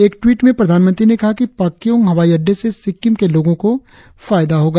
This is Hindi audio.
एक टवीट में प्रधानमंत्री ने कहा कि पाक्योंग हवाई अड़डे से सिक्किम के लोगो को इससे फायदा पहुचेगा